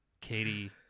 Katie